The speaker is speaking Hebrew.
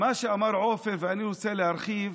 מה שאמר עופר ואני רוצה להרחיב,